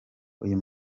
uyu